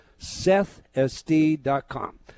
SethSD.com